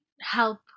help